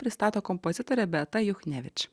pristato kompozitorė beata juchnevič